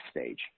stage